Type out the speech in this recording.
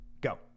Go